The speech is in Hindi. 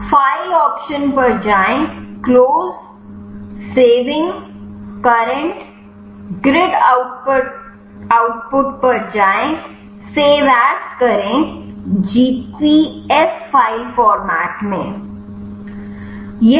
फाइल ऑप्शन पर जाए close saving current grid output पर जाए सेव एस करे जीपीएफ फाइल फॉर्मेट मैं